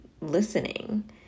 listening